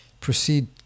proceed